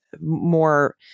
more